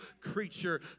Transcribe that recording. creature